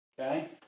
Okay